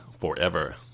forever